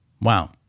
Wow